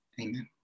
amen